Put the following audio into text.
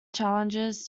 challenges